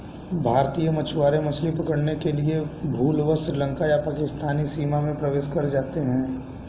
भारतीय मछुआरे मछली पकड़ने के लिए भूलवश श्रीलंका या पाकिस्तानी सीमा में प्रवेश कर जाते हैं